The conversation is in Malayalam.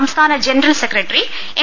സംസ്ഥാന ജനറൽ സെക്രട്ടറി എം